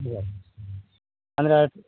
ಅಂದರೆ